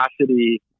capacity